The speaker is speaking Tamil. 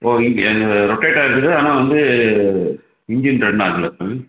ஒ இங் ரொட்டேட் ஆகிறது ஆனால் வந்து இன்ஜின் ரன் ஆகலை ம்